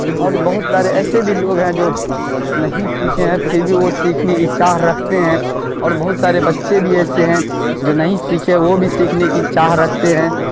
اور بہت سارے ایسے بھی لوگ ہیں جو نہیں سیکھے ہیں پھر بھی وہ سیکھنے کی چاہ رکھتے ہیں اور بہت سارے بچے بھی ایسے ہیں جو نہیں سیکھے وہ بھی سیکھنے کی چاہ رکھتے ہیں